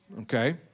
okay